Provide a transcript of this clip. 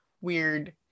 weird